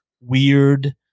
weird